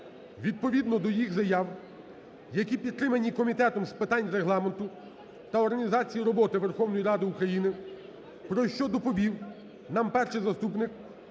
відповідно до їх заяв, які підтримані Комітетом з питань Регламенту та організації роботи Верховної Ради України, про що доповів нам перший заступник